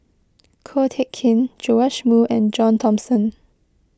Ko Teck Kin Joash Moo and John Thomson